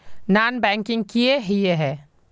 Non banking किए हिये है?